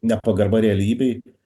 nepagarba realybei